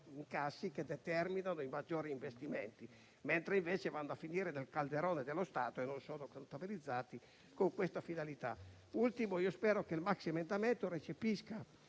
incassi che determinano maggiori investimenti, mentre vanno a finire nel calderone dello Stato e non sono contabilizzati con questa finalità. Da ultimo, spero che il maxiemendamento recepisca